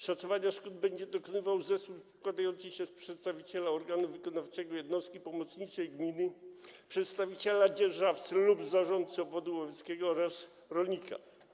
Szacowania szkód będzie dokonywał zespół składający się z przedstawiciela organu wykonawczego jednostki pomocniczej gminy, przedstawiciela dzierżawcy lub zarządcy obwodu łowieckiego oraz rolnika.